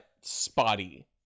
spotty